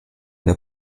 der